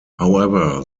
however